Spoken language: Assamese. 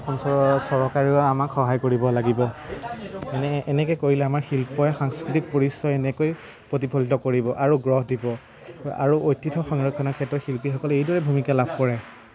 অসম চৰকাৰেও আমাক সহায় কৰিব লাগিব এনে এনেকৈ কৰিলে আমাৰ শিল্পই সাংস্কৃতিক পৰিচয় এনেকৈ প্ৰতিফলিত কৰিব আৰু গঢ় দিব আৰু ঐতিহ্য সংৰক্ষণৰ ক্ষেত্ৰত শিল্পীসকলে এইদৰে ভূমিকা লাভ কৰে